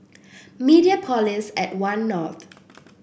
Mediapolis at One North